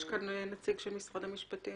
יש כאן נציג של גורם זה?